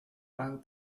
par